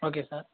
okay sir